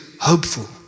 hopeful